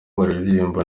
baririmba